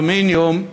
האלומיניום,